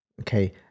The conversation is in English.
Okay